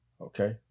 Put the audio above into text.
Okay